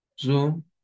Zoom